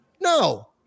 No